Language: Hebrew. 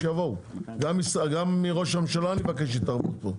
גם מראש הממשלה אני מבקש התערבות פה,